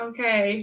Okay